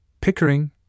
Pickering